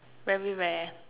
very rare